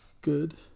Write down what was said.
good